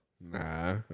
Nah